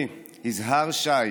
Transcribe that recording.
אני, יזהר שי,